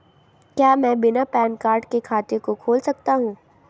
क्या मैं बिना पैन कार्ड के खाते को खोल सकता हूँ?